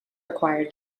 require